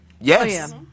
Yes